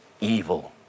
evil